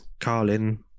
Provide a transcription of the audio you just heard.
Carlin